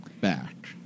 back